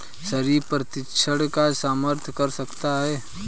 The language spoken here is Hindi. शरीफा प्रतिरक्षा का समर्थन कर सकता है